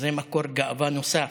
זה מקור גאווה נוסף: